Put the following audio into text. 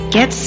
Get